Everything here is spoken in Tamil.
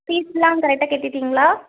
ஃபீஸெலாம் கரெக்டாக கட்டிட்டீங்களா